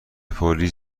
پلیس